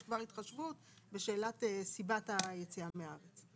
יש כבר התחייבות לשאלת סיבת היציאה מן הארץ.